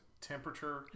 temperature